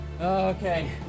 Okay